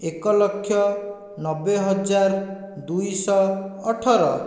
ଏକ ଲକ୍ଷ ନବେ ହଜାର ଦୁଇଶହ ଅଠର